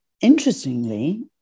interestingly